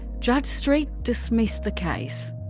judge street dismissed the case.